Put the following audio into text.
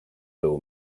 był